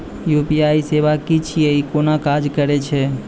UPI सेवा की छियै? ई कूना काज करै छै?